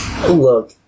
Look